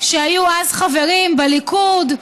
שהיו אז חברים בליכוד,